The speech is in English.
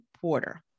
Porter